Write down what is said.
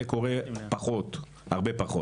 זה קורה הרבה פחות.